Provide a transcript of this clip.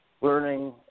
learning